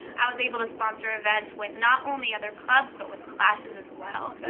i was able to sponsor events with not only other clubs but with classes as well.